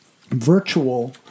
virtual